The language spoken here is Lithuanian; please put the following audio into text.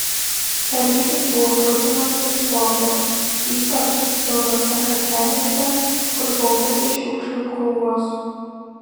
paryžius buvo purvinas ir dvokė ypač siaurose gatvelėse kur kaupėsi šiukšlių krūvos